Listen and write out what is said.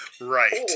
Right